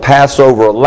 Passover